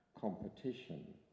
competition